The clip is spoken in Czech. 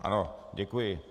Ano, děkuji.